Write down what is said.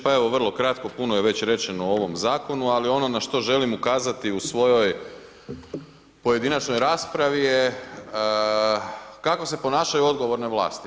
Pa evo, vrlo kratko, puno je već rečeno u ovom zakonu, ali ono na što želim ukazati u svojoj pojedinačnoj raspravi je kako se ponašaju odgovorne vlasti.